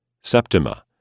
Septima